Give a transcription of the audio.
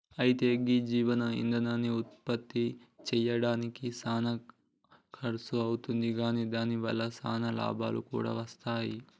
అయితే గీ జీవ ఇందనాన్ని ఉత్పప్తి సెయ్యడానికి సానా ఖర్సు అవుతుంది కాని దాని వల్ల సానా లాభాలు కూడా వస్తాయి